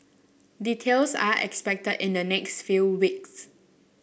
details are expected in the next few weeks